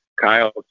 Kyle